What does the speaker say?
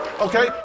okay